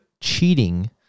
cheating